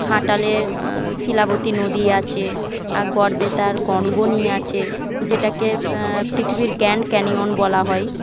ঘাটালের শিলাবতী নদী আছে গড়বেতার গনগনি আছে যেটাকে পৃথিবীর গ্র্যান্ড ক্যানিয়ন বলা হয়